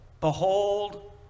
Behold